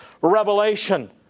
revelation